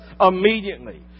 immediately